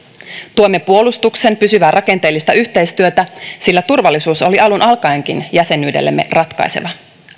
tuemme puolustuksen pysyvää rakenteellista yhteistyötä sillä turvallisuus oli alun alkaenkin jäsenyydellemme ratkaiseva myös